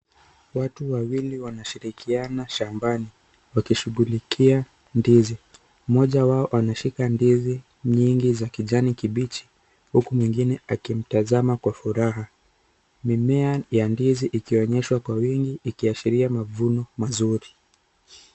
Watu wawili wanashirikiana shambani wakishughulikia ndizi. Mmoja wao anashika ndizi nyingi za kijani kibichi huku mwengine akimtazama kwa furaha. Mimea ya ndizi ikionyeshwa kwa wingi ikiashiria mavuno mazuri.